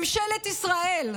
ממשלת ישראל,